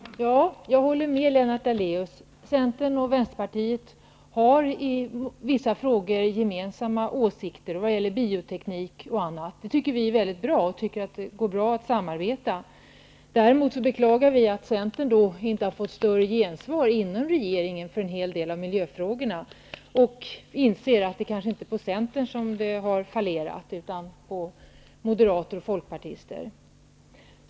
Fru talman! Ja, jag håller med Lennart Daléus. Centern och Vänsterpartiet har gemensamma åsikter i vissa frågor när det gäller bioteknik och annat. Det tycker vi är bra, och vi tycker att det går bra att samarbeta. Däremot beklagar vi att Centern inte har fått större gensvar inom regeringen för en hel del av miljöfrågorna. Vi inser att det kanske inte är på grund av Centern som det hela har fallerat, utan i stället på grund av moderater och folkpartister.